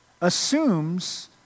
assumes